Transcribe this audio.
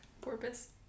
Porpoise